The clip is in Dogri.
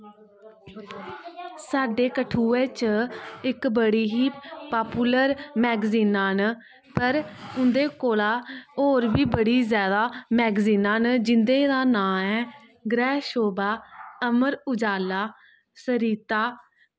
कठुऐ च इक बड्डी ही मैगज़ीनां न पर उंदे कोला दा होर बी बड़ी जादा मैगजीनां न जिंदा नांऽ ऐ ग्राह् शोभा अमर उजाला सरिता